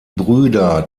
brüder